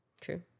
true